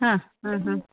ಹಾಂ ಹಾಂ ಹಾಂ